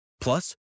Plus